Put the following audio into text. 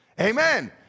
Amen